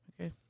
Okay